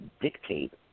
dictate